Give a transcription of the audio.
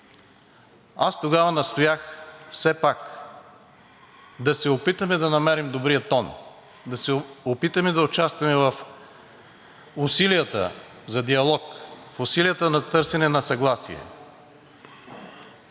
Аз тогава настоях все пак да се опитаме да намерим добрия тон, да се опитаме да участваме в усилията за диалог, в усилията на търсене на съгласие.